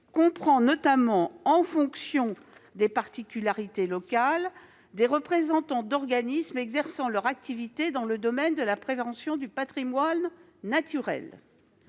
comprend notamment, en fonction des particularités locales, des représentants d'organismes exerçant leur activité dans le domaine de la prévention du patrimoine naturel.